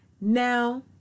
Now